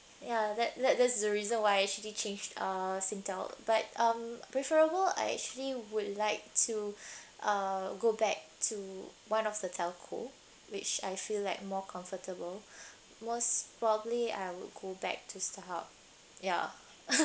ya that that that's the reason why I actually changed uh singtel but um preferable I actually would like to uh go back to one of the telco which I feel like more comfortable most probably I would go back to starhub yeah